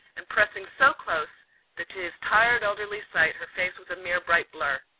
and pressing so close that to his tired elderly sight her face was a mere bright blur.